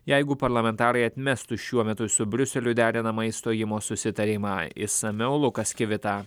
jeigu parlamentarai atmestų šiuo metu su briuseliu derinamą išstojimo susitarimą išsamiau lukas kivita